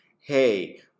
hey